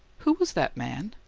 who was that man?